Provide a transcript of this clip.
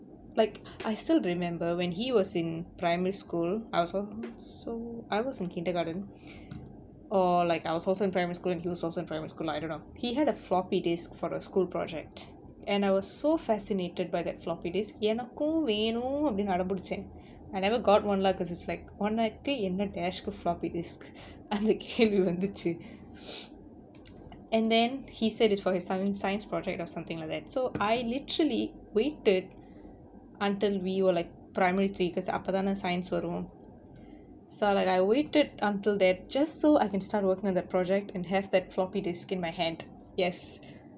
like I still remember when he was in primary school I was also I was in kindergarten or like I was also in primary school and he was also in primary school I don't know he had a floppy disk for the school project and I was so fascinated by that floppy disk எனக்கும் வேணு அப்டினு அடம் புடிச்சேன்:enakkum vaenu apdinu adam puduchen I never got one lah cause it's like உனக்கு என்ன:unakku enna dash floppy disk அந்த கேள்வி வந்துச்சு:antha kelvi vanthuchu and then he said is for his sci~ science project or something like that so I literally waited until we were like primary three cause அப்பதான:appathaana science வரும்:varum so like I waited until that just so I can start working on that project and have that floppy disc in my hand yes